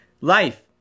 life